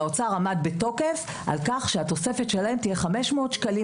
והאוצר עמד בתוקף על כך שהתוספת שלהם תהיה 500 שקלים